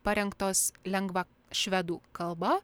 parengtos lengva švedų kalba